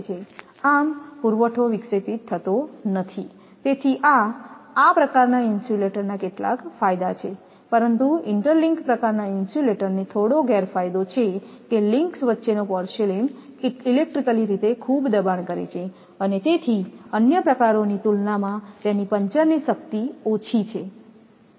આમ પુરવઠો વિક્ષેપિત થતો નથી તેથી આ આ પ્રકારના ઇન્સ્યુલેટરના કેટલાક ફાયદાઓ છેપરંતુ ઇન્ટરલિંક પ્રકારનાં ઇન્સ્યુલેટરને થોડો ગેરફાયદો છે કે લિંક્સ વચ્ચેનો પોર્સેલેઇન ઇલેક્ટ્રિકલી રીતે ખૂબ દબાણ કરે છે અને તેથી અન્ય પ્રકારોની તુલનામાં તેની પંચરની શક્તિ ઓછી છે